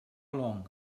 long